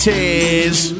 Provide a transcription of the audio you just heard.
Tears